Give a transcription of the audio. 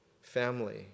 family